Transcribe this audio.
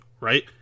right